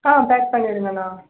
ஆ pack பண்ணிருங்கண்ணா